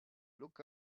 look